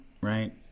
right